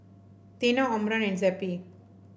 Tena Omron and Zappy